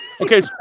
Okay